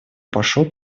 пошел